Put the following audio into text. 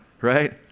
Right